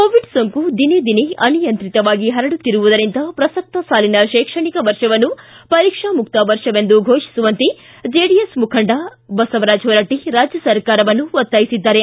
Covid ಸೋಂಕು ದಿನೇ ದಿನೇ ಅನಿಯಂತ್ರಿತವಾಗಿ ಹರಡುತ್ತಿರುವುದರಿಂದ ಪ್ರಸಕ್ತ ಸಾಲಿನ ಶೈಕ್ಷಣಿಕ ವರ್ಷವನ್ನು ಪರೀಕ್ಷಾ ಮುಕ್ತ ವರ್ಷವೆಂದು ಘೋಷಿಸುವಂತೆ ಜೆಡಿಎಸ್ ಮುಖಂಡ ಬಸವರಾಜ್ ಹೊರಟ್ಟ ರಾಜ್ಯ ಸರ್ಕಾರವನ್ನು ಒತ್ತಾಯಿಸಿದ್ದಾರೆ